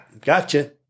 gotcha